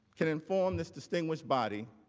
can inform this distinguished body